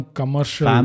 commercial